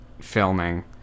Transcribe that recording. filming